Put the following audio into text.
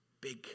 big